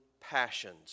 passions